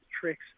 tricks